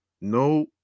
no